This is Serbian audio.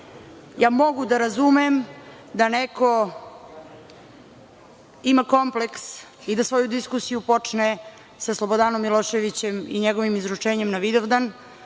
kolega. Mogu da razumem da neko ima kompleks i da svoju diskusiju počne sa Slobodanom Miloševićem i njegovim izručenjem na Vidovdan,